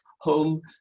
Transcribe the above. home